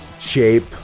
shape